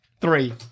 Three